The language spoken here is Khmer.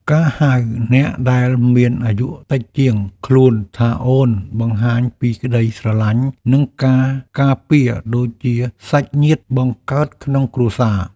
ការហៅអ្នកដែលមានអាយុតិចជាងខ្លួនថាអូនបង្ហាញពីក្ដីស្រឡាញ់និងការការពារដូចជាសាច់ញាតិបង្កើតក្នុងគ្រួសារ។